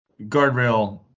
Guardrail